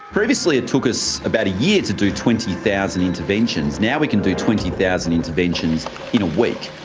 previously it took us about a year to do twenty thousand interventions. now we can do twenty thousand interventions in a week.